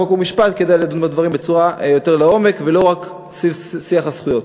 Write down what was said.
חוק ומשפט כדי לדון בדברים יותר לעומק ולא רק בשיח הזכויות.